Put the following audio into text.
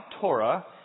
Torah